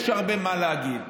יש הרבה מה להגיד.